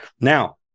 now